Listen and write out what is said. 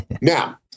Now